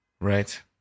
Right